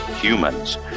Humans